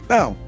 Now